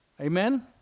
Amen